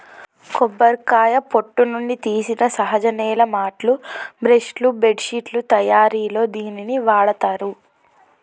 కొబ్బరికాయ పొట్టు నుండి తీసిన సహజ నేల మాట్లు, బ్రష్ లు, బెడ్శిట్లు తయారిలో దీనిని వాడతారు